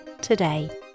today